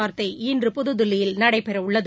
வார்த்தை இன்று புதுதில்லியில் நடக்க உள்ளது